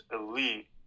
elite